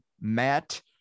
Matt